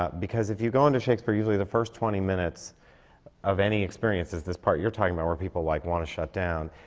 ah because if you go into shakespeare, usually the first twenty minutes of any experience is this part you're talking about where people, like, want to shut down.